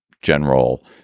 general